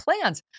plans